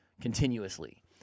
continuously